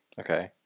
Okay